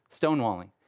Stonewalling